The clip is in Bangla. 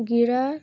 ঘেরা